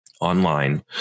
online